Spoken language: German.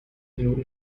minuten